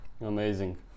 Amazing